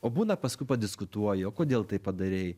o būna paskui padiskutuoji o kodėl taip padarei